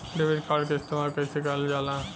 Debit card के इस्तेमाल कइसे करल जाला?